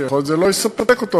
יכול להיות שזה לא יספק אותו,